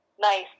nice